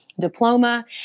diploma